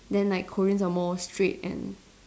then like Koreans are more straight and